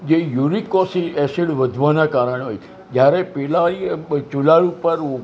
જે uric acid વધવાનાં કારણે હોય છે જ્યારે પેલા ચૂલા ઉપર